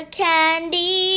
candy